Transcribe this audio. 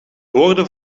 woorden